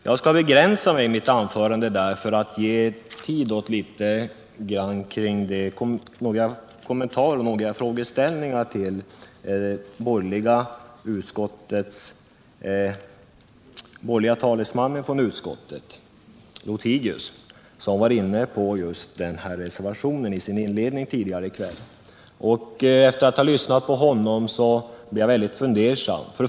Jag skall i mitt anförande begränsa mig för att ge tid åt några kommentarer och frågor till utskottets borgerliga talesman, herr Lothigius, som i sin inledning tidigare i kväll just var inne på denna reservation. Efter att ha lyssnat på honom blev jag mycket fundersam.